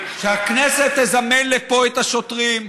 שהכנסת תזמן לפה את השוטרים,